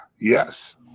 yes